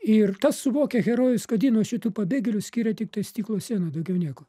ir tas suvokia herojus kad jį nuo šitų pabėgėlių skiria tiktai stiklo siena daugiau nieko